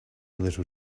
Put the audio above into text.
little